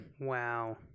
Wow